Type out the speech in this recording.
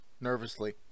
nervously